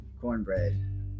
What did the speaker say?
cornbread